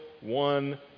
one